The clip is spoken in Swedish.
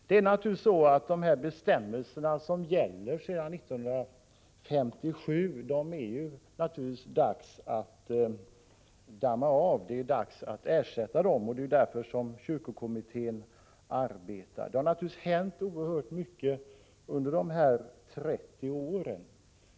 Det är naturligtvis dags att damma av och ersätta de bestämmelser som gäller sedan 1957, och det är därför som kyrkokommittén arbetar. Det har hänt oerhört mycket under dessa 30 år.